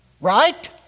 right